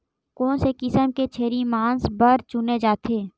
कोन से किसम के छेरी मांस बार चुने जाथे?